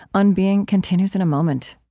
on being continues in a moment